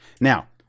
now